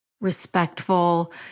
respectful